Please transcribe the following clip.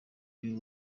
y’u